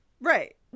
Right